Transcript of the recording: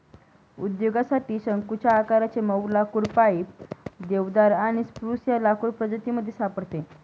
उद्योगासाठी शंकुच्या आकाराचे मऊ लाकुड पाईन, देवदार आणि स्प्रूस या लाकूड प्रजातीमधून सापडते